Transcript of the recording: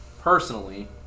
personally